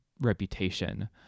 reputation